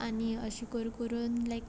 आनी अशें करूं करून लायक